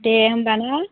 दे होनबा ना